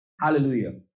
Hallelujah